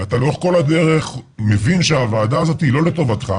אתה לאורך כל הדרך מבין שהוועדה הזאת היא לא לטובתך,